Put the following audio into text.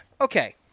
okay